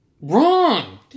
Wrong